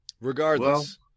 Regardless